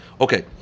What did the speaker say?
Okay